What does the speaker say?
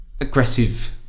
aggressive